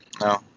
no